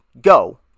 go